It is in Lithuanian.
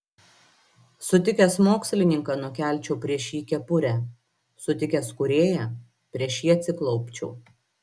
sutikęs mokslininką nukelčiau prieš jį kepurę sutikęs kūrėją prieš jį atsiklaupčiau